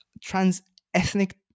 trans-ethnic